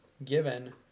given